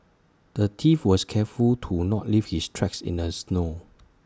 the thief was careful to not leave his tracks in the snow